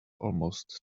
almost